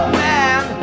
man